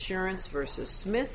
sharon's versus smith